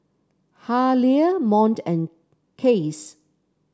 Haleigh Mont and Case